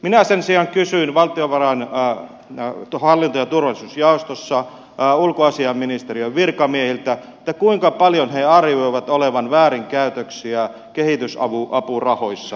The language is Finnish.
minä sen sijaan kysyin valtiovarain hallinto ja turvallisuusjaostossa ulkoasiainministeriön virkamiehiltä kuinka paljon he arvioivat olevan väärinkäytöksiä kehitysapurahoissa